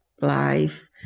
life